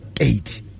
eight